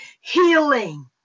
healing